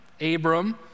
Abram